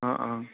অঁ অঁ